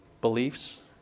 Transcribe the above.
beliefs